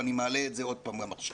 ואני מעלה את זה עוד פעם גם עכשיו.